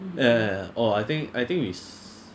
ah ya ya ya orh I think I think is